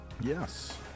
Yes